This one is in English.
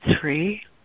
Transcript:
three